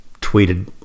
tweeted